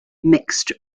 mixed